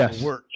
Yes